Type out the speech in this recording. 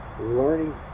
learning